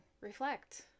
reflect